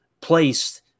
placed